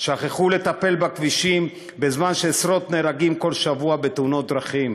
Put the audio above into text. שכחו לטפל בכבישים בזמן שעשרות נהרגים כל שבוע בתאונות דרכים,